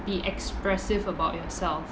be expressive about yourself